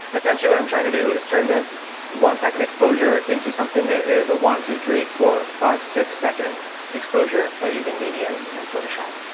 essentially what i'm trying to do is turn this one second exposure into something that is a one, two three, four, five, six second exposure by using media and in photoshop